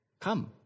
Come